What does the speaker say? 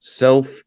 self